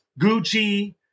Gucci